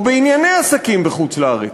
או בענייני עסקים בחוץ-לארץ?